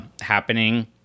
happening